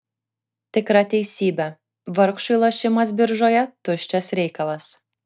tikra teisybė vargšui lošimas biržoje tuščias reikalas